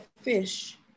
fish